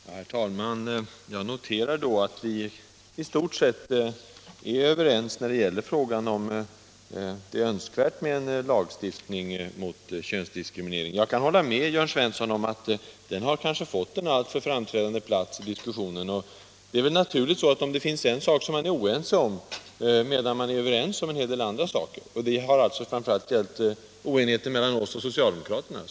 Herr talman! Jag noterar att vi i stort sett är överens när det gäller Om kvinnofrigörelfrågan om det är önskvärt med en lagstiftning mot könsdiskriminering. sen Jag kan hålla med Jörn Svensson om att den kanske har fått en alltför framträdande plats i diskussionen. Det kan bli så, om man är oense om en sak, medan man är överens om en hel del annat. Oenigheten på denna punkt har framför allt förelegat mellan oss och socialdemokraterna.